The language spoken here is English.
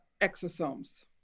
exosomes